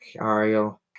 Ariel